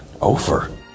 over